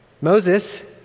Moses